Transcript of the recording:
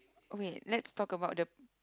okay let's talk about the